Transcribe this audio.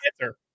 answer